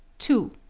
to